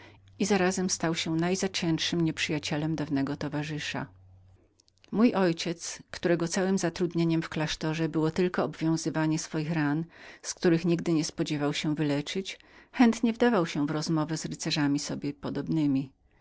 i zarazem stał się najzaciętszym nieprzyjacielem dawnego towarzysza mój ojciec za całe zatrudnienie w swoim klasztorze bawiący się tylko owiązywaniem swoich ran z których nigdy nie spodziewał się wyleczyć chętnie wdawał się w rozmowę z rycerzami sobie podobnymi